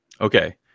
Okay